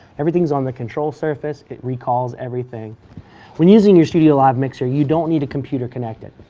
everything is on the control surface, it recalls everything when using your studiolive mixer you don't need a computer connected.